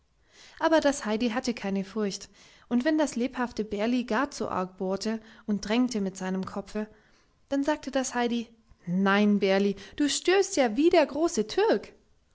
aber das heidi hatte keine furcht und wenn das lebhafte bärli gar zu arg bohrte und drängte mit seinem kopfe dann sagte das heidi nein bärli du stößt ja wie der große türk